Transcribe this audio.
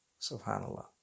SubhanAllah